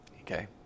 okay